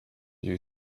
you